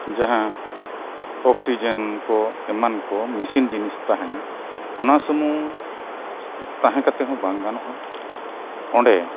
ᱡᱟᱦᱟᱸ ᱚᱠᱥᱤᱡᱮᱱ ᱠᱚ ᱮᱢᱟᱱ ᱠᱚ ᱢᱮᱥᱤᱱ ᱡᱤᱱᱤᱥ ᱛᱟᱦᱮᱱᱟ ᱚᱱᱟ ᱥᱩᱢᱩᱝ ᱛᱟᱦᱮᱸ ᱠᱟᱛᱮᱫ ᱦᱚᱸ ᱵᱟᱝ ᱜᱟᱱᱚᱜᱼᱟ ᱚᱸᱰᱮ